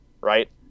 right